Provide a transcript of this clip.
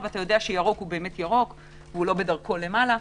ואתה יודע שירוק הוא באמת ירוק ולא בדרכו למעלה.